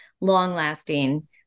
long-lasting